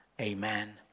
Amen